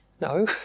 No